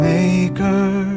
Maker